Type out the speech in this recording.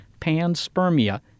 panspermia